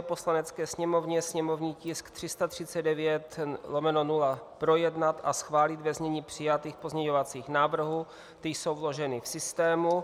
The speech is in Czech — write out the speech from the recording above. Poslanecké sněmovně sněmovní tisk 339/0 projednat a schválit ve znění přijatých pozměňovacích návrhů ty jsou vloženy v systému;